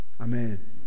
Amen